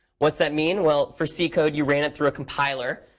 what's that mean? well, for c code you ran it through a compiler.